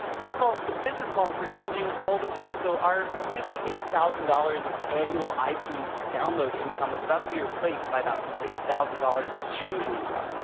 first of all, the business models were changing all the time. so our fifty eight thousand dollars of annual itunes download income was about to be replaced by about six thousand dollars of streaming income.